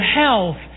health